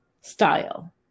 style